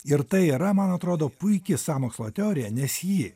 ir tai yra man atrodo puiki sąmokslo teorija nes ji